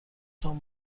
تان